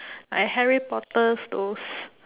like harry-potter those